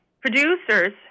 producers